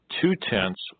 two-tenths